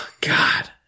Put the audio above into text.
God